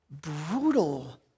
brutal